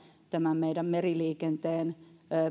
tämän meidän meriliikenteemme